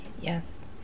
Yes